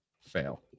fail